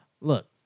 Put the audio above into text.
Look